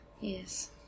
Yes